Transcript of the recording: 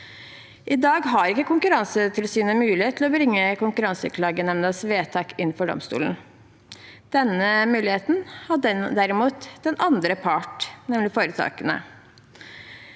I dag har ikke Konkurransetilsynet mulighet til å bringe Konkurranseklagenemndas vedtak inn for domstolene. Denne muligheten har derimot den andre parten, nemlig foretakene.